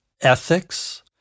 ethics